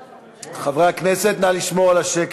חברי הכנסת, נא לשמור על השקט,